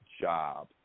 job